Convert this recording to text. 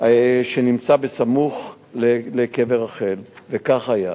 שנמצא בסמוך לקבר רחל, וכך היה.